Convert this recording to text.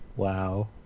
Wow